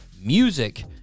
music